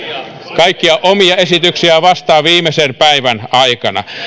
kaikkia omia esityksiään vastaan viimeisen päivän aikana